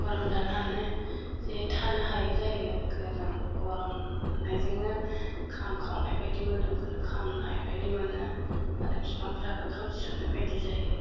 गरम जानानै जि थानो हायै जायो गोलोम गरम मोननायजोंनो खामखावनाय बायदि मोदोमखौनो खामनाय बायदि मोनो आरो बिफांफ्राबो खामस्रेमनाय बायदि जायो